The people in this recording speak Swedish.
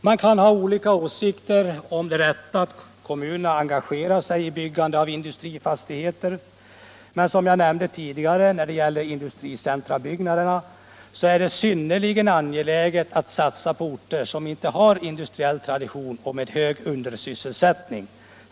Man kan ha olika åsikter om riktigheten i att kommunerna engagerar sig i byggandet av industrifastigheter, men som jag nämnde tidigare när jag talade om industricenterbyggnaderna är det synnerligen angeläget att satsa på de kommuner som saknar industriell tradition men som har undersysselsättning.